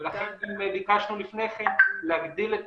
לכן הגדלנו את